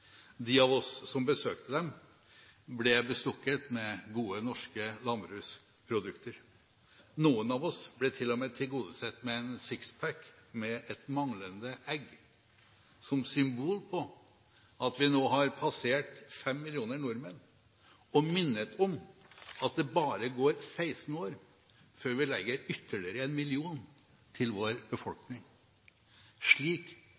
De av oss som besøkte dem, ble bestukket med gode norske landbruksprodukter. Noen av oss ble til og med tilgodesett med en «six-pack» med et manglende egg som symbol på at vi nå har passert 5 millioner nordmenn, og ble minnet om at det bare går 16 år før vi legger ytterligere 1 million til vår befolkning. Slik